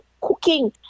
cooking